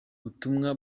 butumwa